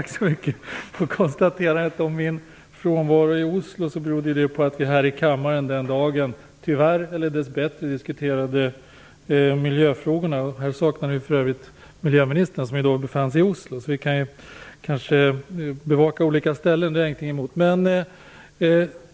Fru talman! Tack så mycket. Min frånvaro i Oslo berodde på att vi här i kammaren den dagen tyvärr, eller snarare dessbättre, diskuterade miljöfrågorna. Där saknade vi för övrigt miljöministern, som då befann sig i Oslo. Vi kan kanske bevaka olika ställen. Det har jag ingenting emot.